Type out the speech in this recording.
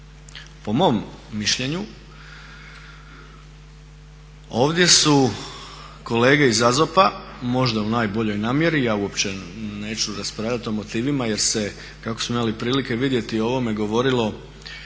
Po mom mišljenju ovdje su kolege iz AZOP-a možda u najboljoj namjeri, ja uopće neću raspravljati o motivima jer se kako samo imali prilike vidjeti o ovome govorilo